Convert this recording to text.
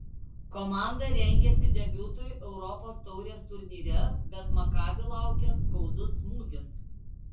komanda rengėsi debiutui europos taurės turnyre bet makabi laukė skaudus smūgis